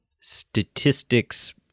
statistics